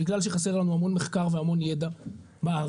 בגלל שחסר לנו המון מחקר והמון ידע בארץ,